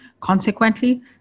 consequently